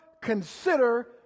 consider